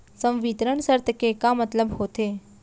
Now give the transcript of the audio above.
संवितरण शर्त के का मतलब होथे?